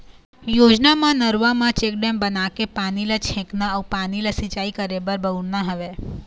योजना म नरूवा म चेकडेम बनाके पानी ल छेकना अउ पानी ल सिंचाई करे बर बउरना हवय